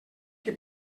que